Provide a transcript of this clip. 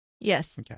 Yes